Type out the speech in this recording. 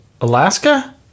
Alaska